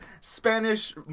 Spanish